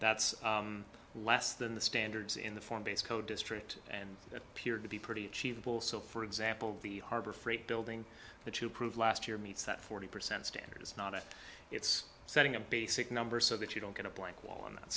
that's less than the standards in the form base code district and appeared to be pretty achievable so for example the harbor freight building that you approve last year meets that forty percent standard is not it it's setting a basic number so that you don't get a blank wall on that